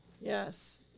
Yes